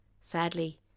Sadly